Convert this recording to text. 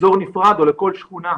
אזור נפרד, או לכל שכונה.